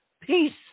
peace